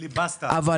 אבל